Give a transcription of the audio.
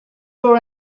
for